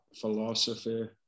philosophy